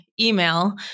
email